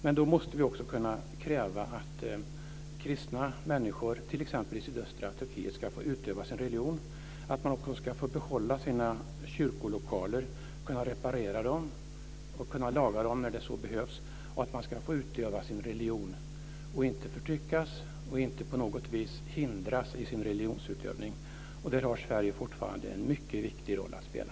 Men då måste vi också kunna kräva att kristna människor, t.ex. i sydöstra Turkiet, ska få utöva sin religion och att man också ska få behålla sina kyrkolokaler och kunna reparera och laga dem när så behövs och att man ska få utöva sin religion och inte förtryckas eller på något vis hindras i sin religionsutövning. Där har Sverige fortfarande en mycket viktig roll att spela.